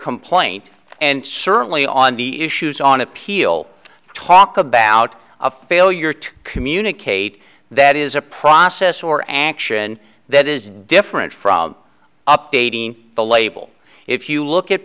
complaint and certainly on the issues on appeal talk about a failure to communicate that is a process or an action that is different from updating the label if you look at